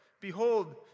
Behold